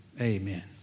Amen